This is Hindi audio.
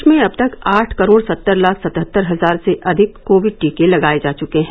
देश में अब तक आठ करोड सत्तर लाख सतहत्तर हजार से अधिक कोविड टीके लगाए जा चुके हैं